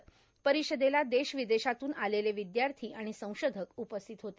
सदर परिषदेला देशविदेशातून आलेले विद्यार्थी आणि संशोधक उपस्थित होते